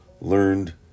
learned